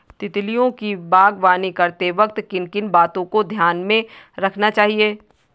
तितलियों की बागवानी करते वक्त किन किन बातों को ध्यान में रखना चाहिए?